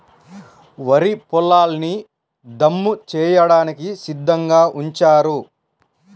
వరి పొలాల్ని దమ్ము చేయడానికి సిద్ధంగా ఉంచారు